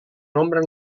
nombre